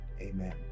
amen